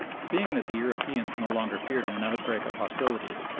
seeing that the europeans no longer feared an outbreak of hostilities,